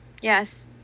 Yes